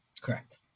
Correct